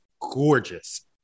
Gorgeous